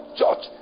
church